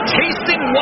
tasting